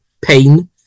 pain